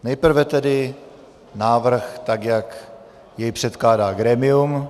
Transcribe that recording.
Nejprve tedy návrh, tak jak jej předkládá grémium.